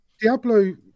Diablo